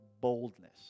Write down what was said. boldness